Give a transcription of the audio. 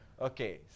Okay